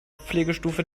pflegestufe